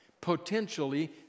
potentially